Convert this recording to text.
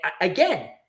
again